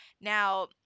Now